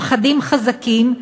הפחדים חזקים,